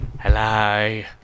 hello